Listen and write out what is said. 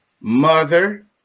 mother